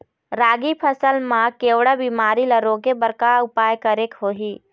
रागी फसल मा केवड़ा बीमारी ला रोके बर का उपाय करेक होही?